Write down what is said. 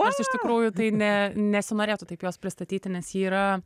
nors iš tikrųjų tai ne nesinorėtų taip jos pristatyti nes ji yra